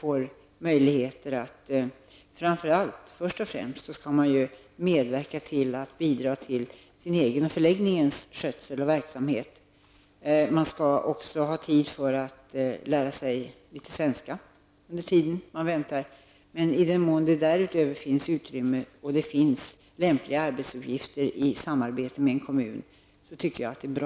Man skall framför allt medverka till sin egen förläggnings skötsel och verksamhet och dessutom ha tid att lära sig litet svenska under tiden man väntar. I den mån det därutöver finns utrymme -- och jag tror att det finns -- för lämpliga arbetsuppgifter i samarbete med kommunen tycker jag att det är bra.